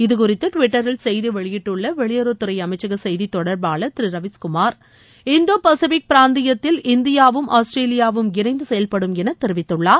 இதுகுறித்து டுவிட்டரில் செய்தி வெளியிட்டுள்ள வெளியுறவுத்துறை அமைச்சக செய்தித் தொடர்பாளர் திரு ரவீஷ்குமார் இந்தோ பசிபிக் பிராந்தியத்தில் இந்தியாவும் ஆஸ்திரேலியாவும் இணைந்து செயல்படும் என தெரிவித்துள்ளார்